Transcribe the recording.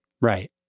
right